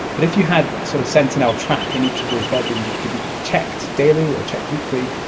but if you had a sort of sentinel trap in each of those bedrooms that could be checked daily or checked weekly,